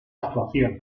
actuación